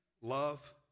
love